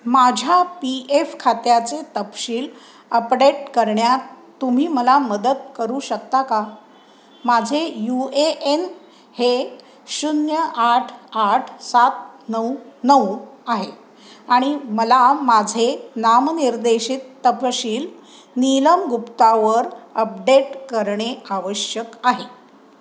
माझ्या P F खात्याचे तपशील अपडेट करण्यात तुम्ही मला मदत करू शकता का माझे यू ए एन हे शून्य आठ आठ सात नऊ नऊ आहे आणि मला माझे नामनिर्देशित तपशील नीलम गुप्तावर अपडेट करणे आवश्यक आहे